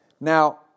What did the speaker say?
now